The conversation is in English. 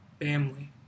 family